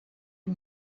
who